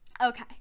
Okay